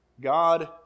God